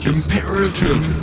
Imperative